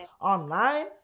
online